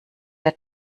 der